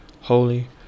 holy